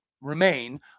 remain